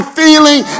feeling